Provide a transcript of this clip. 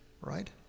Right